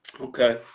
Okay